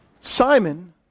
Simon